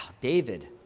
David